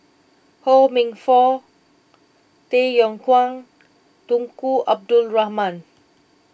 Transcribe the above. Ho Minfong Tay Yong Kwang Tunku Abdul Rahman